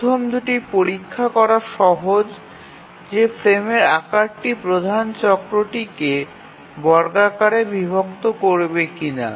প্রথম দুটি পরীক্ষা করা সহজ যে ফ্রেমের আকারটি প্রধান চক্রটিকে বর্গাকারে বিভক্ত করবে কিনা